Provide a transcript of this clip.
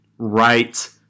right